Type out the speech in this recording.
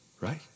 Right